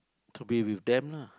to be with them lah